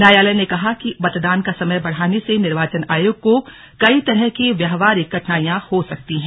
न्यायालय ने कहा कि मतदान का समय बढ़ाने से निर्वाचन आयोग को कई तरह की व्यावहारिक कठिनाइयां हो सकती हैं